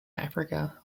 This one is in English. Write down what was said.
africa